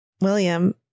William